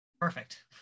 Perfect